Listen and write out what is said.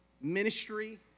ministry